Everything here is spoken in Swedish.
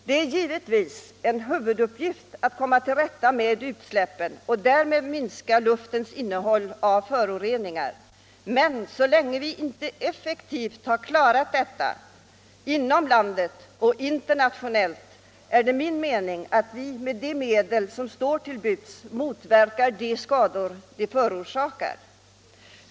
Det är givetvis en huvuduppgift att komma till rätta med utsläppen och därmed minska luftens inslag av föroreningar, men så länge vi inte effektivt har klarat detta inom landet och internationellt är det min mening att vi med de medel som står till buds måste motverka de skador som förorsakas.